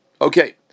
Okay